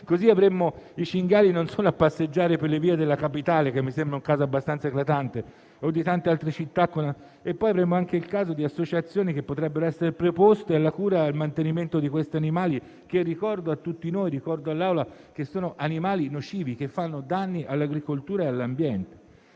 Così avremmo i cinghiali a passeggiare per le vie della Capitale, che mi sembra un caso abbastanza eclatante, o di tante altre città; poi avremmo anche il caso di associazioni che potrebbero essere preposte alla cura e al mantenimento di questi animali che, ricordo a tutti noi, sono nocivi e arrecano danni all'agricoltura e all'ambiente.